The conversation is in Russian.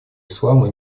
ислама